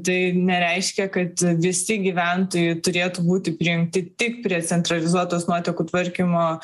tai nereiškia kad visi gyventojai turėtų būti prijungti tik prie centralizuotos nuotekų tvarkymo